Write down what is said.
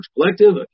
collective